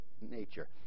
nature